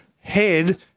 head